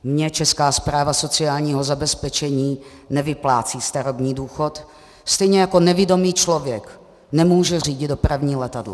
Mně Česká správa sociálního zabezpečení nevyplácí starobní důchod, stejně jako nevidomý člověk nemůže řídit dopravní letadlo.